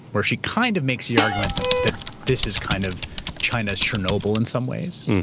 where she kind of makes the argument that that this is kind of china's chernobyl in some ways,